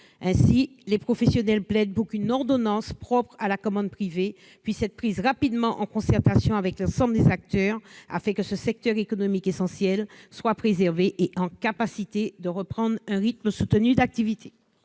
Les professionnels plaident pour qu'une ordonnance propre à la commande privée soit prise rapidement, en concertation avec l'ensemble des acteurs, afin que ce secteur économique essentiel soit préservé et en mesure de reprendre un rythme d'activité